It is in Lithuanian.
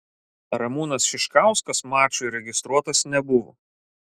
ramūnas šiškauskas mačui registruotas nebuvo